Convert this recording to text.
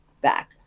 back